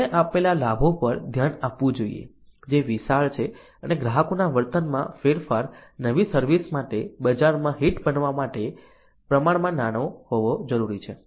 આપણે આપેલા લાભો પર ધ્યાન આપવું જોઈએ જે વિશાળ છે અને ગ્રાહકોના વર્તનમાં ફેરફાર નવી સર્વિસ માટે બજારમાં હિટ બનવા માટે પ્રમાણમાં નાનો હોવો જરૂરી છે